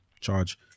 charge